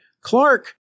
Clark